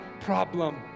problem